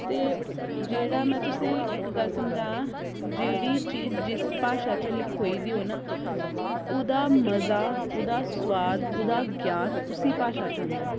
ते जेह्ड़ा में तुसें ई इक गल्ल समझांऽ जेह्ड़ी चीज जिस भाशा च लखोई दी होऐ ना उ'दा मजा ओह्दा सोआद उ'दा ज्ञान उसी भाशा च होंदा ऐ